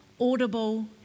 audible